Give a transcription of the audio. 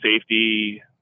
safety